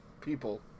people